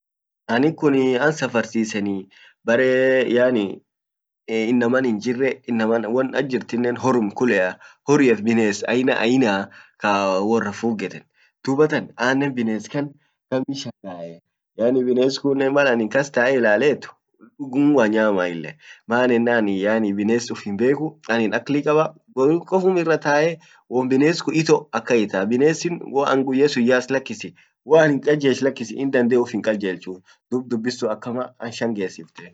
annin kun an saffarchissenii bare yaani inaman hinjirre won ach jirtinnen horrum kulea horiaf bines aina ainati kaa worra fuggeten dubatan annen bines kan gammi shangae yaani bines kunnen malanin kas tae illalet dugumum wanyamaa ilen maan enanii yaani bines uf himbekuu anin akli kaba borum koffum irra tae wom bines kun ito akan itaa binessin waan guyyasun yas lakkisi waanin kajelch lakkisi dande uffin kajelchuu dub dubbin sun akkama an shangeftee.